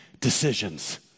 decisions